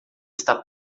está